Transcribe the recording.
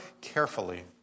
carefully